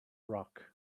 rock